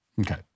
Okay